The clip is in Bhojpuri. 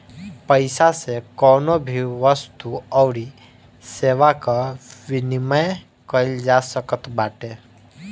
पईसा से कवनो भी वस्तु अउरी सेवा कअ विनिमय कईल जा सकत बाटे